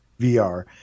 VR